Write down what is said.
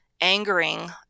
angering